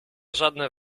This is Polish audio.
żadne